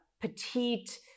petite